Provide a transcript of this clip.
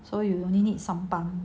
so you you only need sampan